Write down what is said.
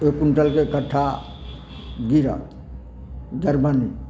एक क्विण्टलके कट्ठा गिरत दरबने